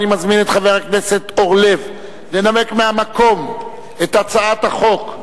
אני מזמין את חבר הכנסת זבולון אורלב לנמק מהמקום את הצעת החוק,